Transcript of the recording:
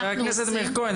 חבר הכנסת מאיר כהן,